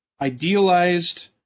idealized